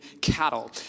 cattle